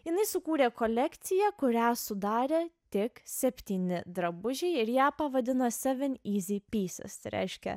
jinai sukūrė kolekciją kurią sudarė tik septyni drabužiai ir ją pavadino seven easy pieces tai reiškia